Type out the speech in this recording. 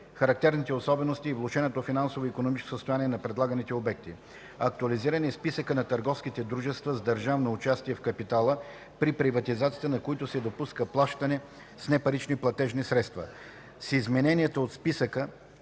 характерните особености и влошеното финансово-икономическо състояние на предлаганите обекти. Актуализиран е Списъкът на търговските дружества с държавно участие в капитала, при приватизацията на които се допуска плащане с непарични платежни средства. С измененията от списъка